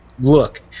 look